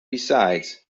besides